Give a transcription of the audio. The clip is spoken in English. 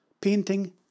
painting